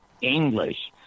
English